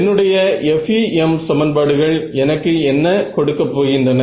என்னுடைய FEM சமன்பாடுகள் எனக்கு என்ன கொடுக்க போகின்றன